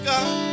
God